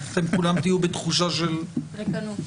אתם כולכם תהיו בתחושה של ריקנות.